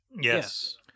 Yes